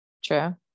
true